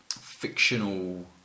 fictional